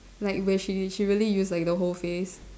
like where she she really use like the whole face